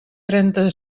trenta